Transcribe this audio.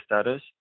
status